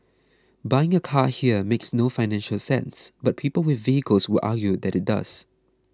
buying a car here makes no financial sense but people with vehicles will argue that it does